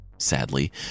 sadly